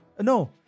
no